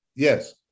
Yes